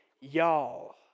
y'all